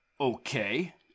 Okay